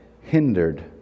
hindered